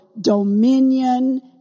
dominion